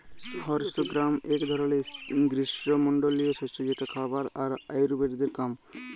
horse gram এক ধরলের গ্রীস্মমন্ডলীয় শস্য যেটা খাবার আর আয়ুর্বেদের কাম